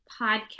podcast